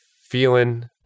feeling